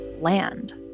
Land